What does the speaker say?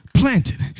planted